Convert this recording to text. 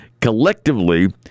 collectively